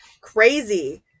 crazy